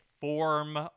form